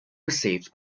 received